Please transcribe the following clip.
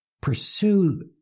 pursue